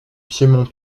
piémont